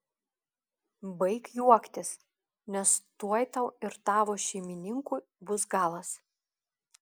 baik juoktis nes tuoj tau ir tavo šeimininkui bus galas